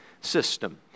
system